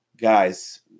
Guys